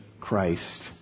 Christ